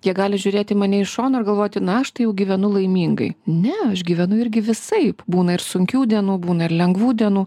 jie gali žiūrėt į mane iš šono ir galvoti na aš tai jau gyvenu laimingai ne aš gyvenu irgi visaip būna ir sunkių dienų būna ir lengvų dienų